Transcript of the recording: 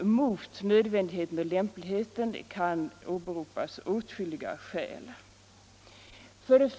Mot detta kan åtskilliga skäl åberopas.